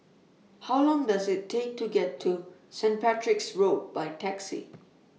How Long Does IT Take to get to St Patrick's Road By Taxi